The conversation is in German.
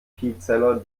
vielzeller